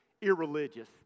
irreligious